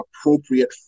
appropriate